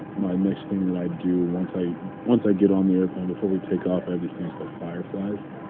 my next thing that i do once i once i get on the airplane, before we take off, i have these things called fireflies.